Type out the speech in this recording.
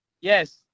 Yes